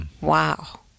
Wow